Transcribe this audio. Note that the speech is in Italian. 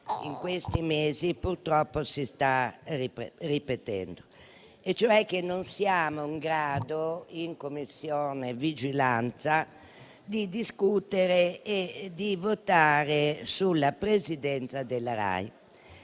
in questi mesi purtroppo si sta ripetendo: non siamo in grado, in Commissione di vigilanza Rai, di discutere e di votare sulla Presidenza della Rai.